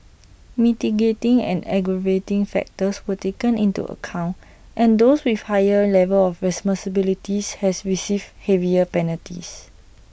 mitigating and aggravating factors were taken into account and those with higher level of responsibilities has received heavier penalties